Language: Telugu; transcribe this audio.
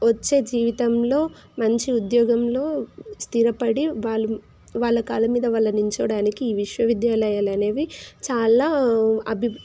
వచ్చే జీతంలో మంచి ఉద్యోగంలో స్థిరపడి వాళ్ళు వాళ్ళ కాళ్ళ మీద వాళ్ళు నుంచోడానికి ఈ విశ్వవిద్యాలయాలు అనేవి చాలా అభి